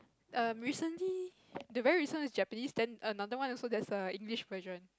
um recently the very recent one is Japanese then another one also there's a English version